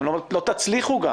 אתם לא תצליחו גם.